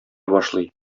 башлый